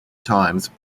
times